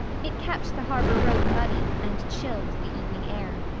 it kept the harbor road muddy, and chilled the evening air.